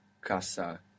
casa